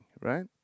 right